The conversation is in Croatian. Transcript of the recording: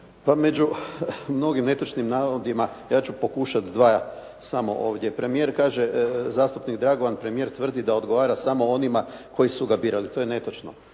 među mnogim netočnim navodima, ja ću pokušat dva samo ovdje. Premijer, kaže zastupnik Dragovan, premijer tvrdi da odgovara samo onima koji su ga birali. To je netočno.